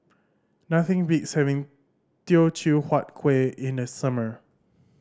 nothing beats having Teochew Huat Kueh in the summer